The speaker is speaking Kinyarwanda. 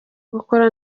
gukora